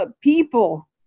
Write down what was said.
people